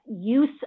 use